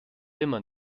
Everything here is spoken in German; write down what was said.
immer